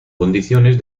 condiciones